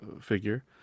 figure